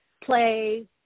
play